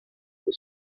for